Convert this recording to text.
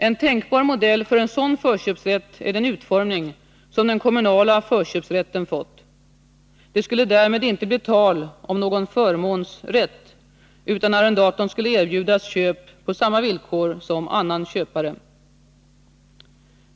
En tänkbar modell för en sådan förköpsrätt är den utformning som den kommunala förköpsrätten fått. Det skulle därmed inte bli tal om någon förmånsrätt, utan arrendatorn skulle erbjudas köp på samma villkor som annan köpare.